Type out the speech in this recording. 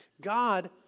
God